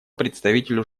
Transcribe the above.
представителю